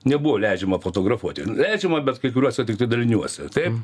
nebuvo leidžiama fotografuoti leidžiama bet kai kuriuose tiktai daliniuose taip